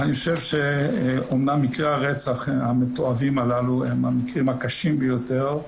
אני חושב שאמנם מקרי הרצח המתועבים הללו הם המקרים הקשים ביותר,